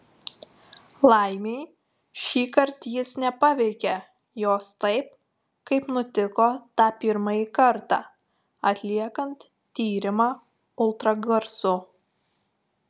laimei šįkart jis nepaveikė jos taip kaip nutiko tą pirmąjį kartą atliekant tyrimą ultragarsu